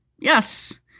Yes